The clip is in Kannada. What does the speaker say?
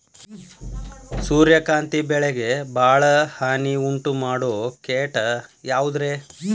ಸೂರ್ಯಕಾಂತಿ ಬೆಳೆಗೆ ಭಾಳ ಹಾನಿ ಉಂಟು ಮಾಡೋ ಕೇಟ ಯಾವುದ್ರೇ?